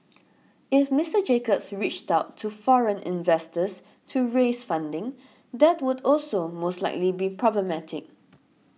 if Mister Jacobs reached out to foreign investors to raise funding that would also most likely be problematic